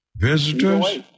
Visitors